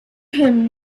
him